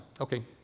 Okay